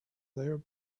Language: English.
their